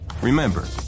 Remember